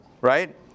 right